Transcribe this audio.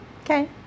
Okay